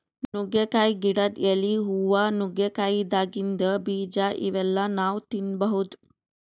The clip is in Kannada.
ನುಗ್ಗಿಕಾಯಿ ಗಿಡದ್ ಎಲಿ, ಹೂವಾ, ನುಗ್ಗಿಕಾಯಿದಾಗಿಂದ್ ಬೀಜಾ ಇವೆಲ್ಲಾ ನಾವ್ ತಿನ್ಬಹುದ್